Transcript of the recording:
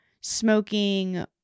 smoking